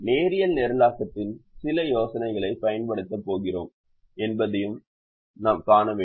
நேரியல் நிரலாக்கத்தின் சில யோசனைகளைப் பயன்படுத்தப் போகிறோம் என்பதையும் நாம் காண வேண்டும்